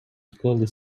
склали